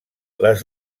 les